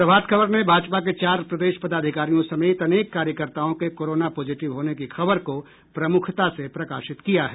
प्रभात खबर ने भाजपा के चार प्रदेश पदाधिकारियों समेत अनेक कार्यकर्ताओं के कोरोना पॉजिटिव होने की खबर को प्रमुखता से प्रकाशित किया है